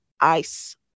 ice